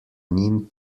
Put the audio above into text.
njim